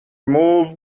remove